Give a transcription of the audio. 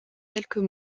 quelques